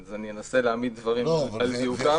אני אנסה להעמיד דברים על דיוקם.